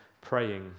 praying